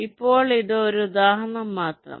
ഇപ്പോൾ ഇത് ഒരു ഉദാഹരണം മാത്രം